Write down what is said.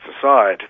aside